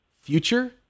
future